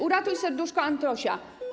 Uratuj serduszko Antosia.